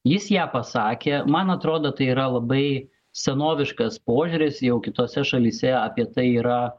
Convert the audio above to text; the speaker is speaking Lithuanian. jis ją pasakė man atrodo tai yra labai senoviškas požiūris jau kitose šalyse apie tai yra